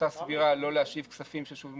המשקל שאדוני שם.